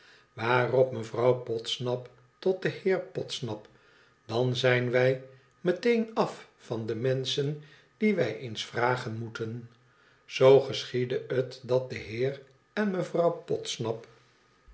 waarop mevrouw podsnap tot den heer podsnap dan zijn wij meteen af van de menschen die wij eens vragen moeten zoo geschiedde het dat de heer en mevrouw podsnap